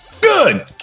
Good